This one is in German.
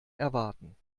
erwarten